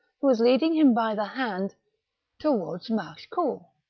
who was leading him by the hand towards machecoul.